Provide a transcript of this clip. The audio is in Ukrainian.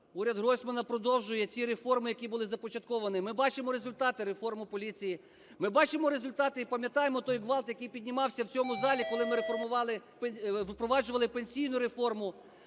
Уряд Гройсмана продовжує ці реформи, які були започатковані. Ми бачимо результати реформи поліції, ми бачимо результати і пам'ятаємо той ґвалт, який піднімався в цьому залі, коли ми реформували… впроваджували пенсійну реформу.